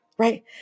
Right